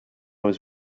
was